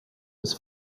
was